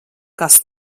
kas